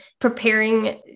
preparing